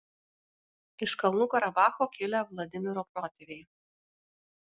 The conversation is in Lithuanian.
iš kalnų karabacho kilę vladimiro protėviai